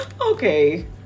Okay